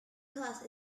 class